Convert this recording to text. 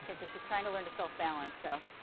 because she's trying to learn to self-balance. so